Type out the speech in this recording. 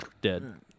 dead